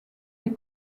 des